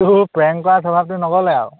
তোৰ প্ৰেংক কৰা স্বভাৱটো নগ'লে আৰু